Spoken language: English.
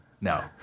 No